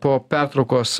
po pertraukos